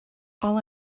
all